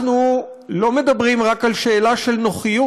אנחנו לא מדברים רק על שאלה של נוחיות.